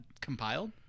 compiled